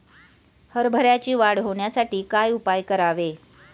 हरभऱ्याची वाढ होण्यासाठी काय उपाय करावे?